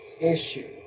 issue